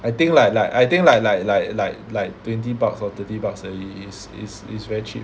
I think like like I think like like like like like twenty bucks or thirty bucks only it's it's it's very cheap